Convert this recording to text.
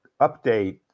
update